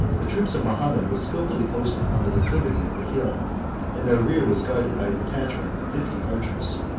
the troops of mahomet were skilfully posted on the declivity of the hill and their rear was guarded by a detachment of fifty archers.